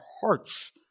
hearts